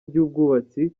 by’ubwubatsi